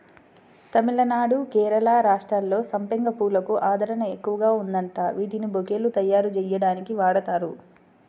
తమిళనాడు, కేరళ రాష్ట్రాల్లో సంపెంగ పూలకు ఆదరణ ఎక్కువగా ఉందంట, వీటిని బొకేలు తయ్యారుజెయ్యడానికి వాడతారు